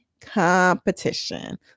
competition